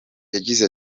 yagize